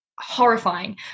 horrifying